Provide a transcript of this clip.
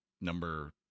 number